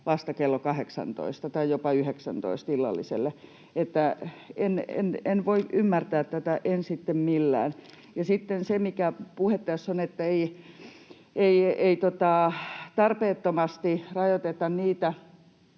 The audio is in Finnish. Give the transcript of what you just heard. vasta kello 18 tai jopa 19. En voi ymmärtää tätä, en sitten millään. Ja sitten se, mikä puhe tässä on, että ei tarpeettomasti rajoiteta niitä,